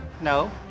No